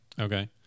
Okay